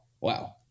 wow